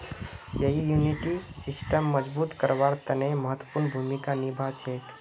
यई इम्यूनिटी सिस्टमक मजबूत करवार तने महत्वपूर्ण भूमिका निभा छेक